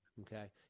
okay